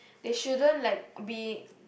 they shouldn't like be